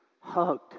hugged